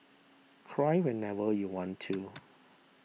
cry whenever you want to